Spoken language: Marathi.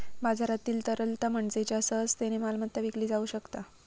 बाजारातील तरलता म्हणजे ज्या सहजतेन मालमत्ता विकली जाउ शकता